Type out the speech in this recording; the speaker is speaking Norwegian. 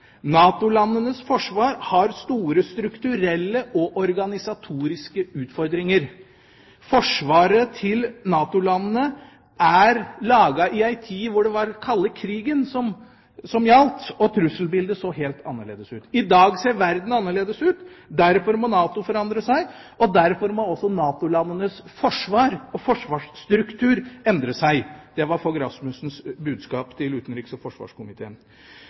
forsvar har store strukturelle og organisatoriske utfordringer. Forsvaret til NATO-landene er laget i ei tid hvor det var den kalde krigen som gjaldt og trusselbildet så helt annerledes ut. I dag ser verden annerledes ut. Derfor må NATO forandre seg, og derfor må også NATO-landenes forsvar og forsvarsstruktur endre seg. Det var Fogh Rasmussens budskap til utenriks- og forsvarskomiteen.